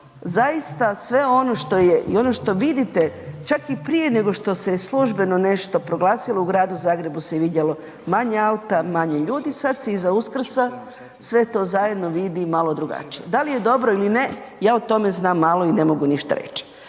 tom zaista sve ono što je i ono što vidite čak i prije nego što se je službeno nešto proglasilo u gradu Zagrebu se vidjelo manje auta, manje ljudi, sada se iza Uskrsa sve to vidi malo drugačije. Da li je dobro ili ne, ja o tome znam malo i ne mogu ništa reći.